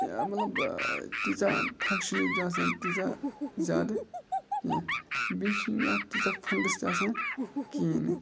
مطلب تیٖژاہ فَنگشَنٕز تہِ آسان تیٖژاہ زیادٕ کینٛہہ بیٚیہِ چھِنہٕ یَتھ تیٖژاہ فَنڈٕس تہِ آسان کِہیٖنۍ